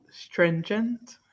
stringent